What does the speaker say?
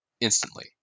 instantly